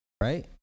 right